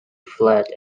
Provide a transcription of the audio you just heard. flat